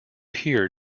here